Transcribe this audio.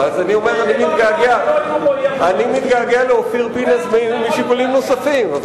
אני מתגעגע לאופיר פינס משיקולים נוספים.